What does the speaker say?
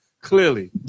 Clearly